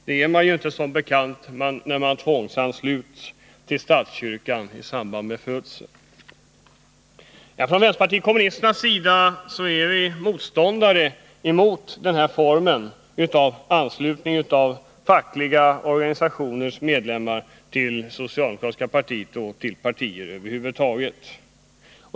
Det är man som bekant inte när man tvångsansluts till statskyrkan i samband med födelsen. I vänsterpartiet kommunisterna är vi motståndare till den här formen av anslutning av fackliga organisationers medlemmar till socialdemokratiska partiet och till partier över huvud taget.